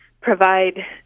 provide